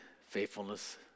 faithfulness